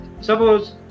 suppose